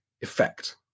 effect